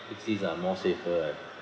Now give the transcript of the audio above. fixed Ds are more safer eh